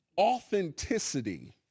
Authenticity